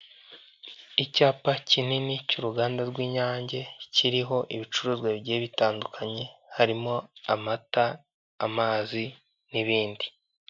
Icyapa kinini cy'uruganda rw'inyange kiriho ibicuruzwa bigiye bitandukanye harimo amata, amazi n'ibindi.